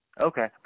Okay